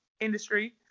industry